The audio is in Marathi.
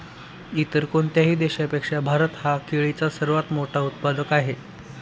इतर कोणत्याही देशापेक्षा भारत हा केळीचा सर्वात मोठा उत्पादक आहे